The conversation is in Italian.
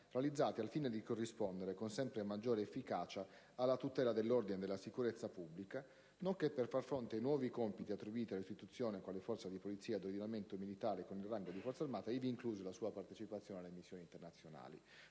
realizzate al fine di corrispondere, con sempre maggiore efficacia, alla tutela dell'ordine e della sicurezza pubblici, nonché per far fronte ai nuovi compiti attribuiti all'istituzione, quale forza di polizia ad ordinamento militare con il rango di Forza armata, ivi inclusa la sua partecipazione alle missioni internazionali.